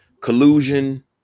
collusion